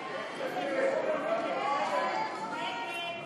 ההצעה להעביר לוועדה את הצעת חוק הביטוח הלאומי (תיקון,